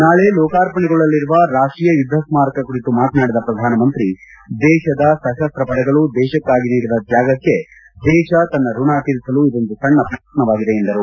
ನಾಳೆ ಲೋಕಾರ್ಪಣೆಗೊಳ್ಳಲಿರುವ ರಾಷ್ಟೀಯ ಯುದ್ಧ ಸ್ಮಾರಕ ಕುರಿತು ಮಾತನಾಡಿದ ಪ್ರಧಾನಮಂತ್ರಿ ದೇಶದ ಸಶಸ್ತ್ರ ಪಡೆಗಳು ದೇಶಕ್ಕಾಗಿ ನೀಡಿದ ತ್ಯಾಗಕ್ಕೆ ದೇಶ ತನ್ನ ಋಣ ತೀರಿಸಲು ಇದೊಂದು ಸಣ್ಣ ಪ್ರಯತ್ನವಾಗಿದೆ ಎಂದರು